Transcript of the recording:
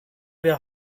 wir